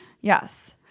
Yes